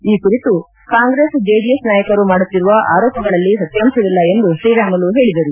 ಈ ಕುರಿತು Congress JDS ನಾಯಕರು ಮಾಡುತ್ತಿರುವ ಆರೋಪಗಳಲ್ಲಿ ಸತ್ನಾಂಶವಿಲ್ಲ ಎಂದು ತ್ರೀರಾಮುಲು ಹೇಳಿದರು